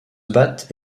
battent